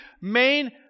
main